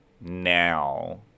now